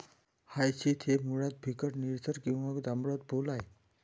hyacinth हे मुळात फिकट निळसर किंवा जांभळट फूल आहे